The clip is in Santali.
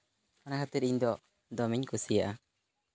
ᱚᱱᱟ ᱠᱷᱟᱹᱛᱤᱨ ᱤᱧᱫᱚ ᱫᱚᱢᱮᱧ ᱠᱩᱥᱤᱭᱟᱜᱼᱟ